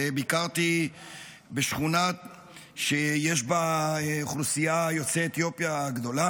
ביקרתי בשכונה שיש בה אוכלוסייה גדולה